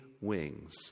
wings